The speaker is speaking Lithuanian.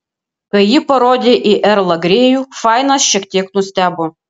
kai ji parodė į erlą grėjų fainas šiek tiek nustebo